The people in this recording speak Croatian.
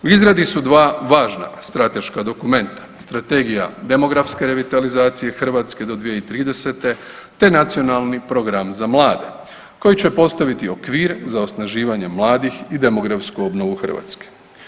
U izradi su dva važna strateška dokumenta, Strategija demografske revitalizacije Hrvatske do 2030., te Nacionalni program za mlade koji će postaviti okvir za osnaživanje mladih i demografsku obnovu Hrvatske.